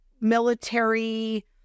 military